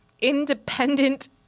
independent